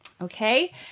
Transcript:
okay